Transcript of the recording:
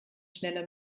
schneller